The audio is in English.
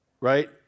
right